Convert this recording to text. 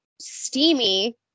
steamy